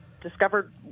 discovered